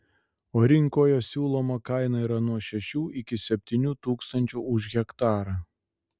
o rinkoje siūloma kaina yra nuo šešių iki septynių tūkstančių už hektarą